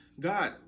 God